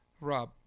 Rob